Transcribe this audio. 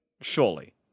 Surely